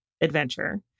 adventure